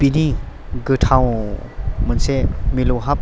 बिदि गोथाव मोनसे मिलौहाब